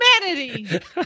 humanity